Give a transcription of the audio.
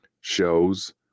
shows